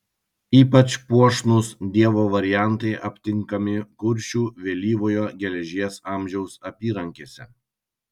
ypač puošnūs dievo variantai aptinkami kuršių vėlyvojo geležies amžiaus apyrankėse